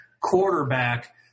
quarterback